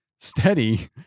steady